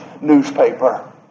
newspaper